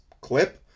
clip